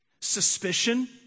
suspicion